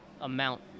amount